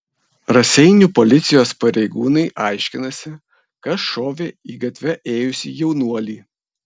raseinių policijos pareigūnai aiškinasi kas šovė į gatve ėjusį jaunuolį